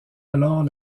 alors